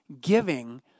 giving